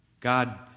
God